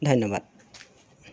ধন্যবাদ